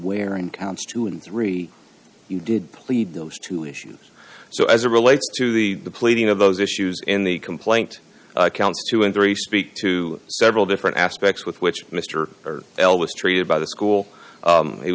where in counts two and three you did plead those two issues so as a relates to the pleading of those issues in the complaint counts two and three speak to several different aspects with which mr l was treated by the school